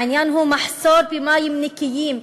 העניין הוא מחסור במים נקיים,